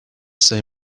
say